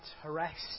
harassed